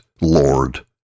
Lord